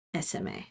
SMA